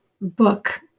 book